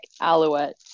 alouette